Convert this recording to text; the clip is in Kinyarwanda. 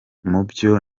mubyo